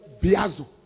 biazo